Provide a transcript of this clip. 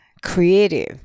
Creative